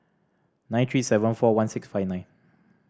nine three seven four one six five nine